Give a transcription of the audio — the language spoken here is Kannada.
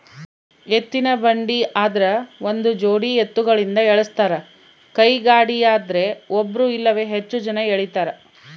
ಎತ್ತಿನಬಂಡಿ ಆದ್ರ ಒಂದುಜೋಡಿ ಎತ್ತುಗಳಿಂದ ಎಳಸ್ತಾರ ಕೈಗಾಡಿಯದ್ರೆ ಒಬ್ರು ಇಲ್ಲವೇ ಹೆಚ್ಚು ಜನ ಎಳೀತಾರ